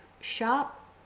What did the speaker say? shop